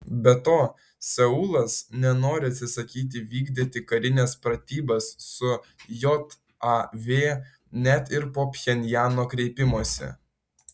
be to seulas nenori atsisakyti vykdyti karines pratybas su jav net ir po pchenjano kreipimosi